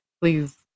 please